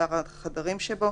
מספר החדרים שבו,